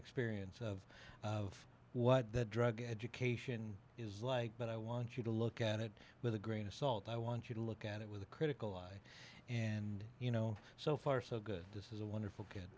experience of of what that drug education is like but i want you to look at it with a grain of salt i want you to look at it with a critical eye and you know so far so good this is a wonderful kid